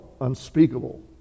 unspeakable